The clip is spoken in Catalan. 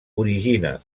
origina